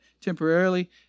temporarily